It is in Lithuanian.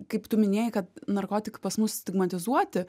kaip tu minėjai kad narkotik pas mus stigmatizuoti